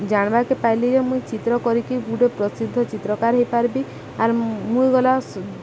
ଜାଣବାକେ ପାଇଲି ଯେ ମୁଇଁ ଚିତ୍ର କରିକି ଗୋଟେ ପ୍ରସିଦ୍ଧ ଚିତ୍ରକାର ହେଇପାରିବି ଆର୍ ମୁଇଁ ଗଲା